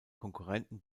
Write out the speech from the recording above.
konkurrenten